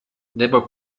never